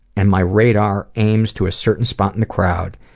and my radar aims to a certain spot in the crowd,